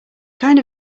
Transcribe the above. kind